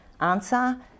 answer